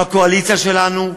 בקואליציה שלנו,